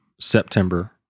September